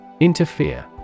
Interfere